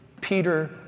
Peter